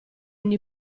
ogni